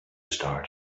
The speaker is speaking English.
start